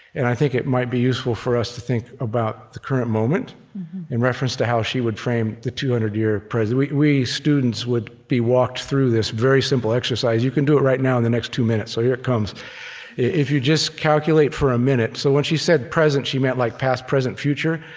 and i think it might be useful for us to think about the current moment in reference to how she would frame the two hundred year present. we students would be walked through this very simple exercise. you can do it right now, in the next two minutes. so here it comes if you just calculate, for a minute so when she said present, she meant, like, past, present, future.